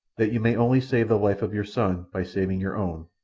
that you may only save the life of your son by saving your own,